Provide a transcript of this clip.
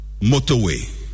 motorway